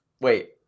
Wait